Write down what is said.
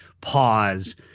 pause